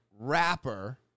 rapper